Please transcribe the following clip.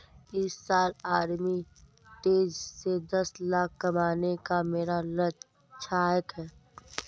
इस साल arbitrage से दस लाख कमाने का मेरा लक्ष्यांक है